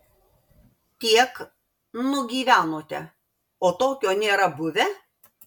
tiek nugyvenote o tokio nėra buvę